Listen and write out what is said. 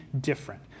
different